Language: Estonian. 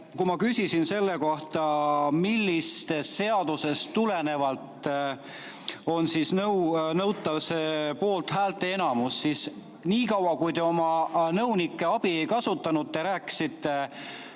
Kui ma küsisin selle kohta, millisest seadusest tulenevalt on nõutav poolthäälte enamus, siis niikaua, kui te oma nõunike abi ei kasutanud, te rääkisite